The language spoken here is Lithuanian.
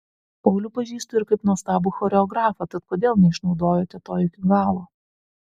paulių pažįstu ir kaip nuostabų choreografą tad kodėl neišnaudojote to iki galo